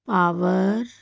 power